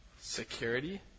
security